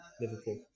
Liverpool